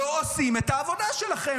לא עושים את העבודה שלכם.